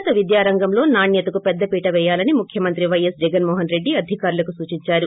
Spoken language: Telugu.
ఉన్నత విద్యా రంగంలో నాణ్వతకు పెద్దపీట పేయాలని ముఖ్యమంత్రి వైఎస్ జగన్మోహన్రెడ్డి అధికారులకు సూచించారు